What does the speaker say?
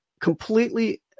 completely